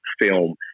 film